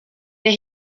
der